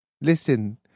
listen